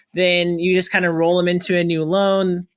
then you just kind of roll them into a new loan,